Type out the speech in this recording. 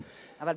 אבל,